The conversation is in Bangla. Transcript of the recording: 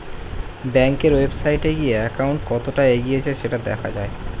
ব্যাংকের ওয়েবসাইটে গিয়ে অ্যাকাউন্ট কতটা এগিয়েছে সেটা দেখা যায়